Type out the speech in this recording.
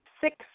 six